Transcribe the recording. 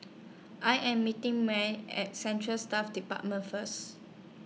I Am meeting Marely At Central Staff department First